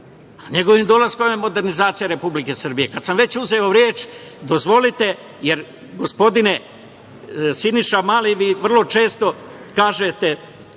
njegovim dolaskom je modernizacija Republike Srbije. Kada sam već uzeo reč, dozvolite, jer gospodine Siniša Mali vi vrlo često kažete